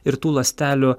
ir tų ląstelių